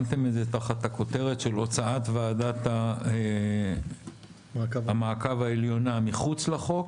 שמתם את זה תחת הכותרת של הוצאת ועדת המעקב העליונה מחוץ לחוק,